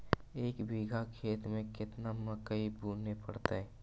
एक बिघा खेत में केतना मकई बुने पड़तै?